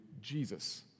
Jesus